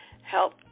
Help